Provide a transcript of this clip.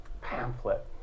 pamphlet